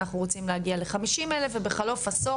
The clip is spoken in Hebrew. אנחנו רוצים להגיע ל-50 אלף ובחלוף עשור,